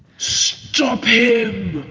stop him!